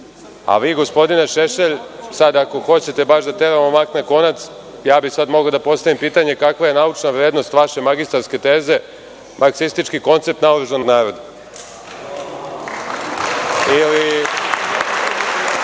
krio.)Gospodine Šešelj, sada ako hoćete da teramo mak na konac, ja bih sada mogao da postavim pitanje – kakva je naučna vrednost vaše magistarske teze „Marksistički koncept naoružanog naroda“